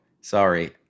Sorry